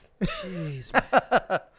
Jeez